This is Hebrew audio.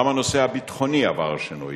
גם הנושא הביטחוני עבר שינוי: